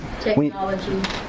Technology